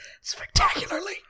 spectacularly